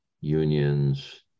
unions